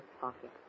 pocket